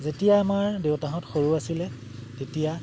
যেতিয়া আমাৰ দেউতাহঁত সৰু আছিলে তেতিয়া